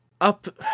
Up